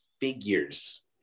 figures